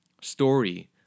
story